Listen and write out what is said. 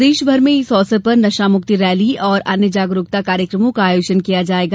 प्रदेश भर में इस अवसर पर नशामुक्ति रैली और अन्य जागरुकता कार्यकमों का आयोजन किया जायेगा